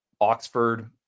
oxford